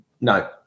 no